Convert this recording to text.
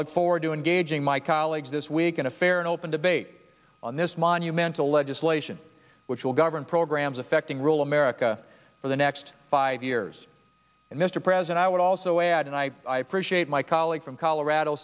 look forward to engaging my colleagues this week and a fair and open debate on this monumental legislation which will govern programs affecting real america for the next five years and mr president i would also add and i appreciate my colleague from colorado